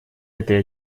этой